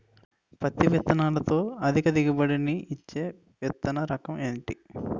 పత్తి విత్తనాలతో అధిక దిగుబడి నిచ్చే విత్తన రకం ఏంటి?